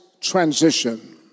transition